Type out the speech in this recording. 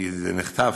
כי זה נכתב